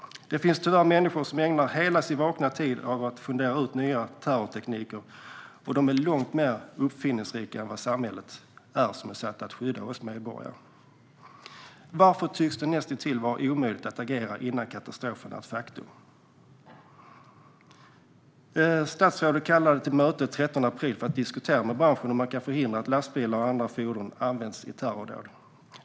Det finns tyvärr människor som ägnar hela sin vakna tid åt att fundera ut nya terrortekniker, och de är långt mer uppfinningsrika än de personer i samhället som är satta att skydda oss medborgare. Varför tycks det vara näst intill omöjligt att agera innan katastrofen är ett faktum? Statsrådet kallade till ett möte den 13 april för att diskutera med branschen hur man kan förhindra att lastbilar och andra fordon används i terrordåd.